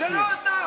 זה לא אתה.